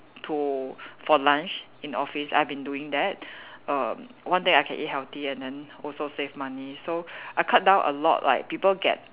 to for lunch in the office I've been doing that err one thing I can eat healthy and then also save money so I cut down a lot like people get